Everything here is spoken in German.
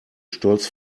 stolz